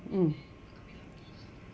mm